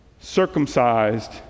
circumcised